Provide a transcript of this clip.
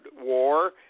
war